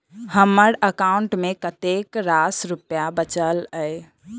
हम्मर एकाउंट मे कतेक रास रुपया बाचल अई?